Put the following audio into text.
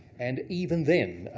and even then,